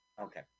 okay